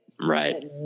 Right